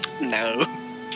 no